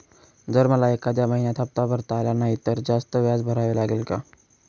जर मला एखाद्या महिन्यात हफ्ता भरता आला नाही तर जास्त व्याज भरावे लागेल का?